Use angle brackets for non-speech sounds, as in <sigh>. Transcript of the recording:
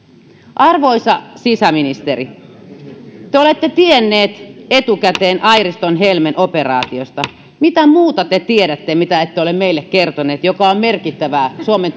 arvoisa sisäministeri te olette tiennyt etukäteen airiston helmen operaatiosta mitä muuta te tiedätte mitä ette ole meille kertonut ja joka on merkittävää suomen <unintelligible>